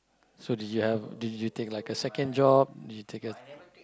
so did you have did you take like a second job did you take a